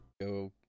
Go